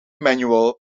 manual